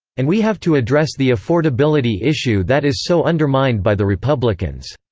and we have to address the affordability issue that is so undermined by the republicans.